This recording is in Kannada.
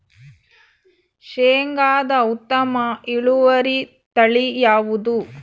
ಶೇಂಗಾದ ಉತ್ತಮ ಇಳುವರಿ ತಳಿ ಯಾವುದು?